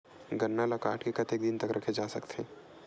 गन्ना ल काट के कतेक दिन तक रखे जा सकथे?